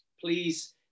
please